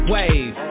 Wave